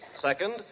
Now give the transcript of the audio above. Second